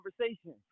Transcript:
conversation